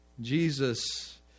Jesus